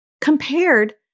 compared